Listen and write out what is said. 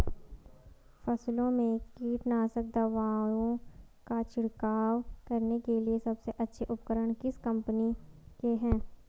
फसलों में कीटनाशक दवाओं का छिड़काव करने के लिए सबसे अच्छे उपकरण किस कंपनी के हैं?